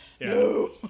No